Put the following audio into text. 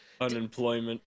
unemployment